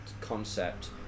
concept